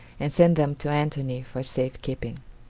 and sent them to antony for safe keeping.